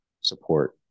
support